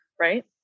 right